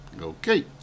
Okay